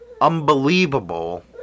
unbelievable